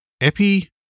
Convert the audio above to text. Epi